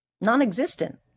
non-existent